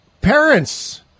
Parents